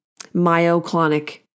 myoclonic